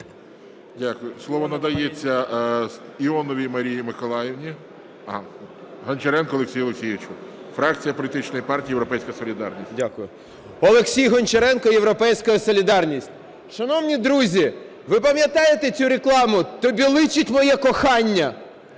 Дякую. Слово надається Іоновій Марії Миколаївні. Гончаренку Олексію Олексійовичу, фракція політичної партії "Європейська солідарність". 11:54:39 ГОНЧАРЕНКО О.О. Дякую. Олексію Гончаренко, "Європейська солідарність". Шановні друзі, ви пам'ятаєте цю рекламу: "Тобі личить моє кохання"?